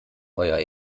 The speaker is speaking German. euer